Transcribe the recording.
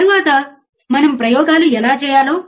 దానిని మనం ఎలా 0 చేయగలం